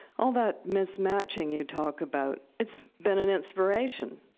all that mismatching you talk about, it's been an inspiration,